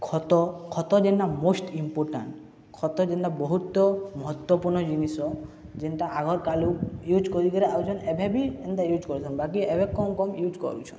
ଖତ ଖତ ଯେନ୍ତା ମୋଷ୍ଟ ଇମ୍ପୋର୍ଟାଣ୍ଟ ଖତ ଯେନ୍ତା ବହୁତ ମହତ୍ୱପୂର୍ଣ୍ଣ ଜିନିଷ ଯେନ୍ତା ଆଗର୍ କାଳୁ ୟୁଜ୍ କରିକିରି ଆଉଛନ୍ ଏବେ ବି ଏନ୍ତା ୟୁଜ୍ କରୁଛନ୍ ବାକି ଏବେ କମ୍ କମ୍ ୟୁଜ୍ କରୁଛନ୍